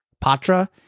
Patra